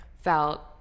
felt